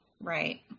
Right